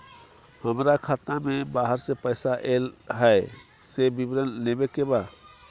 हमरा खाता में बाहर से पैसा ऐल है, से विवरण लेबे के बा?